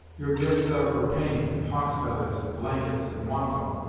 your gifts are for paint, and hawk's feathers, and blankets, and wampum,